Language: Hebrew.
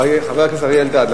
חבר הכנסת אריה אלדד,